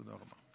תודה רבה.